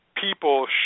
people